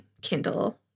Kindle